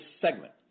segment